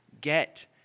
get